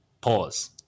Pause